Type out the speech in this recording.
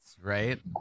right